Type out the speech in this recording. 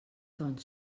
doncs